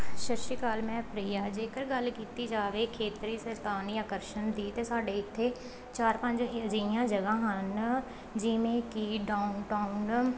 ਸਤਿ ਸ਼੍ਰੀ ਅਕਾਲ ਮੈਂ ਪ੍ਰਿਆ ਜੇਕਰ ਗੱਲ ਕੀਤੀ ਜਾਵੇ ਖੇਤਰੀ ਸਿਰਤਾਨੀ ਆਕਰਸ਼ਣ ਦੀ ਤਾਂ ਸਾਡੇ ਇੱਥੇ ਚਾਰ ਪੰਜ ਅਜਿਹੀਆਂ ਜਗ੍ਹਾ ਹਨ ਜਿਵੇਂ ਕਿ ਡਾਊਨ ਟਾਊਨ